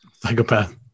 Psychopath